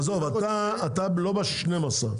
עזוב, אתה לא ב-12.